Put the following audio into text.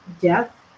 death